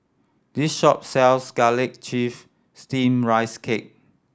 this shop sells garlic chive steam rice cake